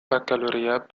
baccalauréat